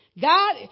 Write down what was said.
God